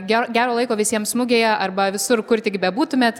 ger gero laiko visiems mugėje arba visur kur tik bebūtumėt